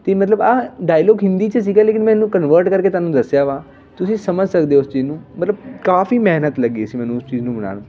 ਅਤੇ ਮਤਲਬ ਇਹ ਡਾਇਲੋਗ ਹਿੰਦੀ 'ਚ ਸੀਗਾ ਲੇਕਿਨ ਮੈਨੂੰ ਕਨਵਰਟ ਕਰਕੇ ਤੁਹਾਨੂੰ ਦੱਸਿਆ ਵਾ ਤੁਸੀਂ ਸਮਝ ਸਕਦੇ ਹੋ ਉਸ ਚੀਜ਼ ਨੂੰ ਮਤਲਬ ਕਾਫ਼ੀ ਮਿਹਨਤ ਲੱਗੀ ਸੀ ਮੈਨੂੰ ਉਸ ਚੀਜ਼ ਨੂੰ ਬਣਾਉਣ